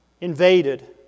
invaded